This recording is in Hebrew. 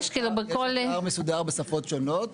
יש אתר מסודר בשפות שונות.